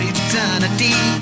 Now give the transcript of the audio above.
eternity